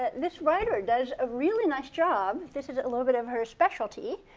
ah this writer does a really nice job. this is a little bit of her specialty,